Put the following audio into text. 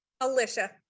Alicia